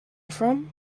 from